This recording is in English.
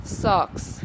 socks